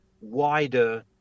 wider